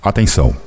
Atenção